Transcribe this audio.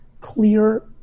clear